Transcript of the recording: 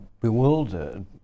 bewildered